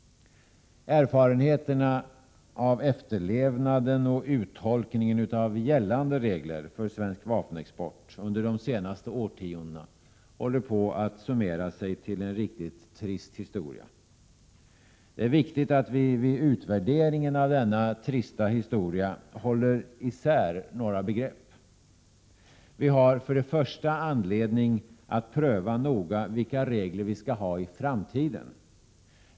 Erfarenheterna av efterlevnaden och uttolkningen av gällande regler för svensk vapenexport under de senaste årtiondena håller på att summera sig till en riktigt trist historia. Det är viktigt att vi vid utvärderingen av denna trista historia håller i sär några begrepp. Vi har för det första anledning att noga pröva vilka regler vi skall ha i framtiden.